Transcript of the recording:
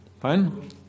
Fine